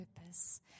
purpose